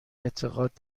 اعتقاد